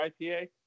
IPA